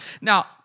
Now